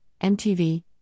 MTV